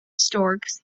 storks